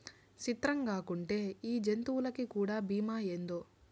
సిత్రంగాకుంటే ఈ జంతులకీ కూడా బీమా ఏందో